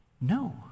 No